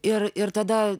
ir ir tada